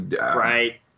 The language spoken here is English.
Right